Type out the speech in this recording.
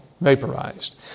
vaporized